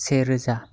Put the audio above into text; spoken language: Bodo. से रोजा